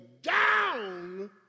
down